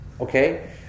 Okay